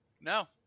No